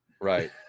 Right